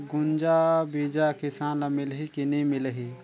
गुनजा बिजा किसान ल मिलही की नी मिलही?